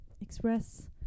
express